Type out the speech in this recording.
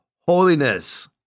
holiness